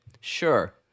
Sure